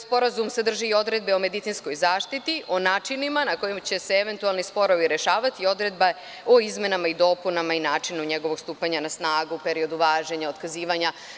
Sadrži i odredbe o medicinskoj zaštiti, o načinima na kojima će se eventualni sporovi rešavati i odredbe o izmenama i dopunama i načinu o njegovom stupanju na snagu, periodu važenja, otkazivanja.